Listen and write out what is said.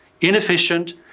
Inefficient